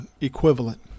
equivalent